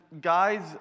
guys